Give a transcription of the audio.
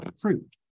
fruit